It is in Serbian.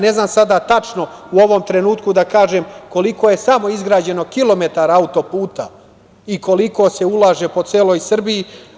Ne znam sada tačno u ovom trenutku da kažem koliko je samo izgrađeno kilometara auto-puta i koliko se ulaže po celoj Srbiji.